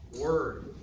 word